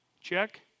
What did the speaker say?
Check